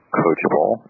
coachable